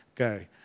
Okay